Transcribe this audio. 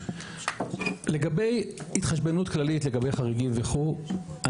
לגבי התחשבנות כללית לגבי חריגים וכו',